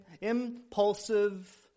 impulsive